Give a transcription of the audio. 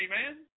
amen